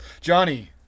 johnny